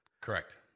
Correct